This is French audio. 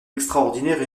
extraordinaire